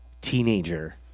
teenager